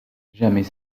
jamais